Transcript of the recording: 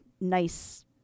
nice